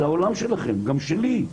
זה העולם שלכם, גם שלי,